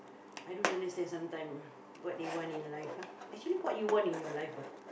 I don't understand sometimes what they want in life ah actually what you want in your life ah